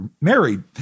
married